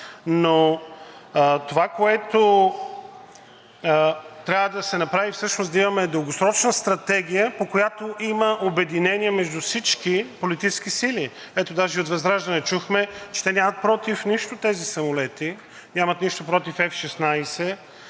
Това, което трябва да се направи, всъщност е да имаме дългосрочна стратегия, по която има обединение между всички политически сили. Ето, даже и от ВЪЗРАЖДАНЕ чухме, че те нямат нищо против тези самолети, нямат нищо против F-16.